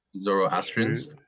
zoroastrians